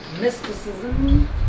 Mysticism